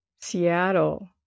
Seattle